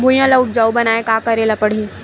भुइयां ल उपजाऊ बनाये का करे ल पड़ही?